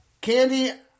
Candy